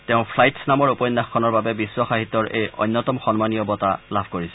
তেওঁ ফ্লাইট্ছ নামৰ উপন্যাসখনৰ বাবে বিশ্ব সাহিত্যৰ এই অন্যতম সন্মানীয় বঁটা লাভ কৰিছে